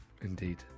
Indeed